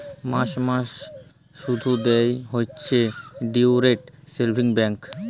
মাস মাস শুধ দেয় হইছে ডিইরেক্ট সেভিংস ব্যাঙ্ক